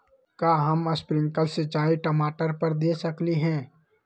का हम स्प्रिंकल सिंचाई टमाटर पर दे सकली ह?